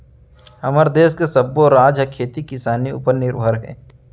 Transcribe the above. हमर देस के सब्बो राज ह खेती किसानी उपर निरभर हे